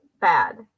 bad